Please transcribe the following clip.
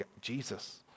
Jesus